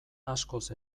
askoz